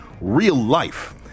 real-life